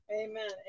Amen